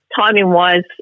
Timing-wise